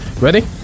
Ready